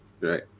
Right